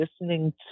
listening